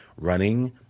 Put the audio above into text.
running